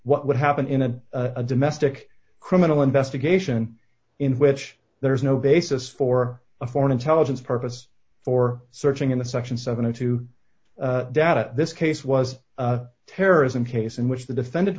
what would happen in a domestic criminal investigation in which there is no basis for a foreign intelligence purpose for searching in the section seventy two dollars data this case was a terrorism case in which the defendant